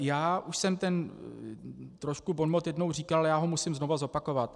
Já už jsem ten trošku bonmot jednou říkal, já ho musím znovu zopakovat.